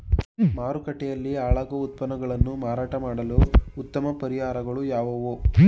ಮಾರುಕಟ್ಟೆಯಲ್ಲಿ ಹಾಳಾಗುವ ಉತ್ಪನ್ನಗಳನ್ನು ಮಾರಾಟ ಮಾಡಲು ಉತ್ತಮ ಪರಿಹಾರಗಳು ಯಾವುವು?